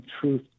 truth